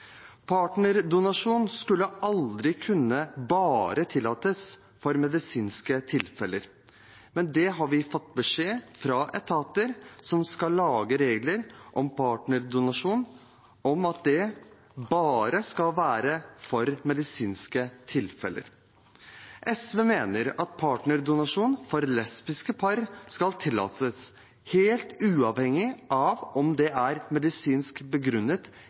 Partnerdonasjon skulle aldri tillates bare for medisinske tilfeller, men vi har fått beskjed fra etater som skal lage regler om partnerdonasjon, om at det bare skal være for medisinske tilfeller. SV mener at partnerdonasjon for lesbiske par skal tillates helt uavhengig av om det er medisinsk begrunnet